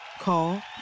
Call